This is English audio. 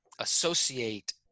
associate